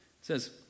says